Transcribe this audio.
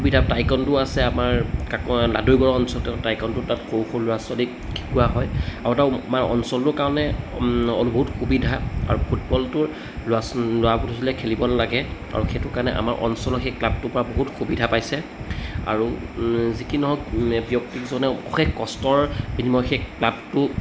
সুবিধা টাইকণ্ডো আছে আমাৰ কাক লাদৈগড় অঞ্চলতে টাইকণ্ডো তাত সৰু সৰু ল'ৰা ছোৱালীক শিকোৱা হয় আৰু তাৰ আমাৰ অঞ্চলটোৰ কাৰণে বহুত সুবিধা আৰু ফুটবলটোৰ ল'ৰা ছো ল'ৰাবোৰে খেলিব নালাগে আৰু সেইটো কাৰণে আমাৰ অঞ্চলত সেই ক্লাবটোৰ পৰা বহুত সুবিধা পাইছে আৰু যিকি নহওক ব্যক্তিকেইজনে অশেষ কষ্টৰ বিনিময় সেই ক্লাবটো